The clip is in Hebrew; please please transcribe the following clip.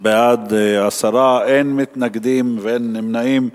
בעד, 10, אין מתנגדים ואין נמנעים.